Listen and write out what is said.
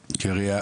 הלאומי.